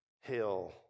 hill